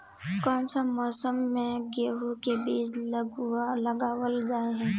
कोन सा मौसम में गेंहू के बीज लगावल जाय है